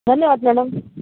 धन्यवाद मॅडम